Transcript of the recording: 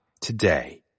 today